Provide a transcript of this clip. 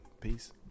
Peace